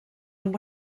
amb